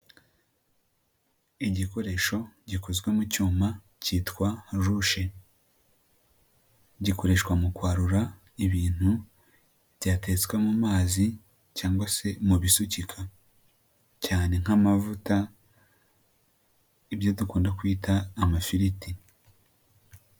Igikoresho gikozwe mu cyuma cyitwa rushe. Gikoreshwa mu kwarura ibintu, byatetswe mu mazi, cyangwa se mu bisukika. Cyane nk'amavuta, ibyo dukunda kwita amafiriti.